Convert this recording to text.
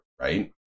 right